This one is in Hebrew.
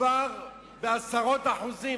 מדובר בעשרות אחוזים,